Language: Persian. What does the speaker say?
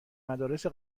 مدارس